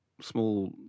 small